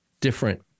different